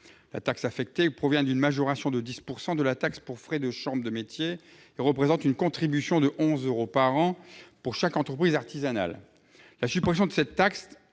Cette taxe provient d'une majoration de 10 % de la taxe pour frais de chambres de métiers et représente une contribution de 11 euros par an pour chaque entreprise artisanale. La suppression de cette taxe